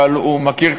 אבל הוא מכיר,